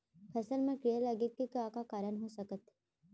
फसल म कीड़ा लगे के का का कारण ह हो सकथे?